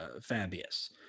Fabius